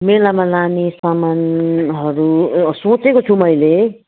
मेलामा लाने सामानहरू सोचेको छु मैले